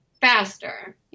faster